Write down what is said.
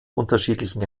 unterschiedlichen